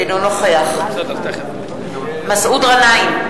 אינו נוכח מסעוד גנאים,